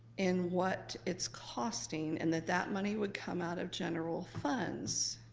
in what it's costing and that that money would come out of general funds.